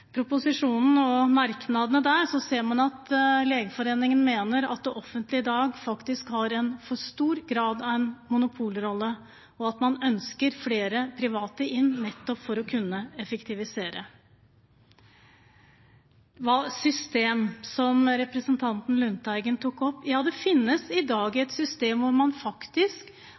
proposisjonen og merknadene der, ser man at Legeforeningen mener at det offentlige i dag faktisk har en for stor grad av en monopolrolle, og at man ønsker flere private inn nettopp for å kunne effektivisere. Når det gjelder system, som representanten Lundteigen tok opp: Ja, det finnes i dag